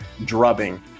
Drubbing